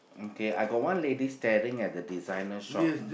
okay I got one lady staring at the designer shop